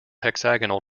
hexagonal